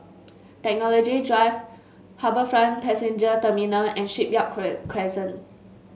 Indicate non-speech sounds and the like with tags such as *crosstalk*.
Technology Drive HarbourFront Passenger Terminal and Shipyard *unintelligible* Crescent